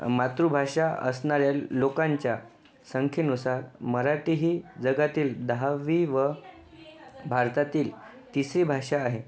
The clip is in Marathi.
मातृभाषा असणाऱ्या लोकांच्या संख्येनुसार मराठी ही जगातील दहावी व भारतातील तिसरी भाषा आहे